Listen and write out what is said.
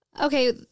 Okay